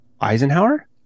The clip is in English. Eisenhower